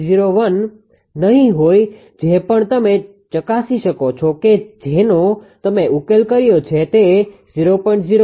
01 નહીં હોય જે પણ તમે ચકાસી શકો છો કે જેનો તમે ઉકેલ કર્યો છે તે 0